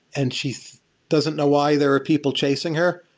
and she doesn't know why there are people chasing her.